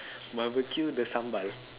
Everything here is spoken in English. barbecue the sambal